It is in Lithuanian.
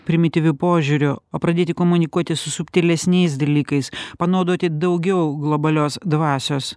primityviu požiūriu o pradėti komunikuoti su subtilesniais dalykais panaudoti daugiau globalios dvasios